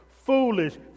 foolish